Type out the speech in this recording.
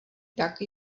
tak